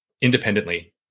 independently